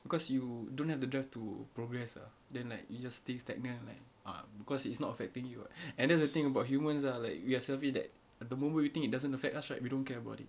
because you don't have to drive to progress ah then like you just stay stagnant ah like uh because it's not affecting you [what] and that's the thing about humans lah like we are selfish that the moment we think it doesn't affect us right we don't care about